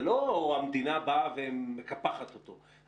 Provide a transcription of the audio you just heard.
זה לא שהמדינה באה ומקפחת אותו.